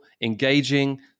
engaging